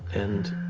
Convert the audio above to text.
and